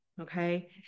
okay